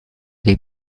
dei